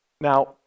Now